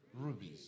rubies